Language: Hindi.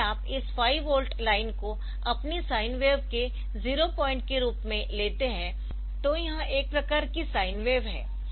तो यदि आप इस 5 वोल्ट लाइन को अपनी साइन वेव के 0 पॉइंट के रूप में लेते है तो यह एक प्रकार कि साइन वेव है